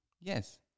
yes